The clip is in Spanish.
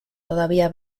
todavía